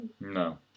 No